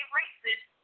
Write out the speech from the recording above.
racist